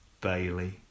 Bailey